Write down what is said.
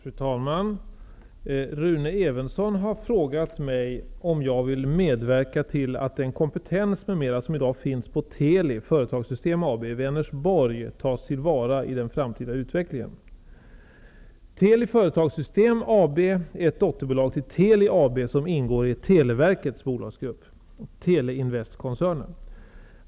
Fru talman! Rune Evensson har frågat mig om jag vill medverka till att den kompetens m.m. som i dag finns på Teli Företagssystem AB i Vänersborg tas till vara i den framtida utvecklingen. Teleinvestkoncernen.